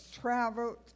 traveled